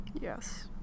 yes